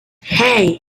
hey